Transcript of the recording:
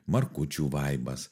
markučių vaibas